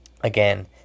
again